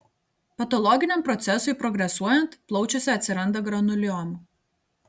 patologiniam procesui progresuojant plaučiuose atsiranda granuliomų